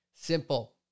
simple